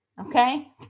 Okay